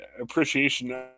appreciation